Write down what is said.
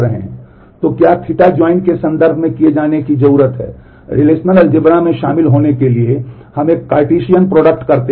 तो क्या Ɵ जॉइन के संदर्भ में किए जाने की जरूरत है रिलेशनल की जांच करते हैं